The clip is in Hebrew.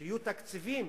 שיהיו תקציבים,